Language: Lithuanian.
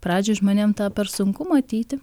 pradžioj žmonėm tą per sunku matyti